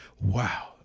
wow